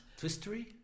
Twistery